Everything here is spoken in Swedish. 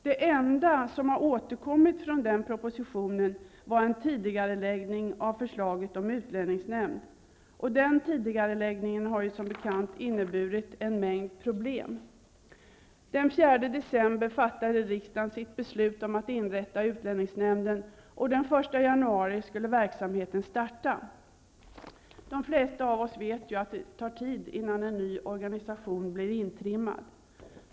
Det enda som har återkommit från den propositionen var en tidigareläggning av förslaget om utlänningsnämnd. Den tidigareläggningen har ju som bekant inneburit en mängd problem. Den 4 december fattade riksdagen sitt beslut om att inrätta en utlänningsnämnd, och den 1 januari skulle verksamheten starta. De flesta av oss vet ju att det tar tid innan en ny organisation blir intrimmad.